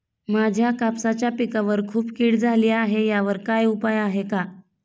माझ्या कापसाच्या पिकावर खूप कीड झाली आहे यावर काय उपाय आहे का?